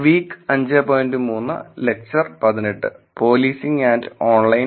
സ്വാഗതം